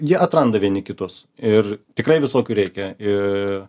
jie atranda vieni kitus ir tikrai visokių reikia ir